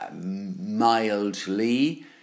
mildly